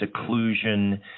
seclusion